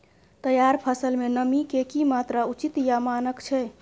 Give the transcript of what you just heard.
तैयार फसल में नमी के की मात्रा उचित या मानक छै?